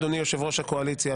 אדוני יושב-ראש הקואליציה,